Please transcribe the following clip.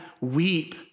weep